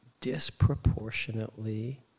disproportionately